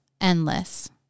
endless